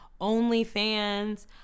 OnlyFans